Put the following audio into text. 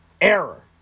error